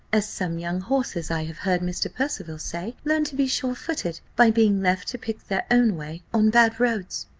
as some young horses, i have heard mr. percival say, learn to be sure-footed, by being left to pick their own way on bad roads.